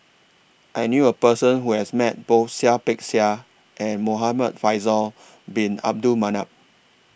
I knew A Person Who has Met Both Seah Peck Seah and Muhamad Faisal Bin Abdul Manap